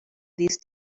these